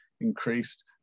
increased